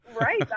Right